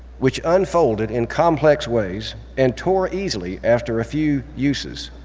which unfolded in complex ways and tore easily after a few uses.